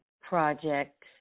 project